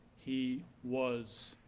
he was